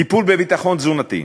טיפול בביטחון תזונתי: